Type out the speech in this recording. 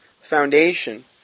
foundation